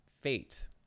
fate